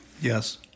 Yes